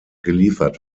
geliefert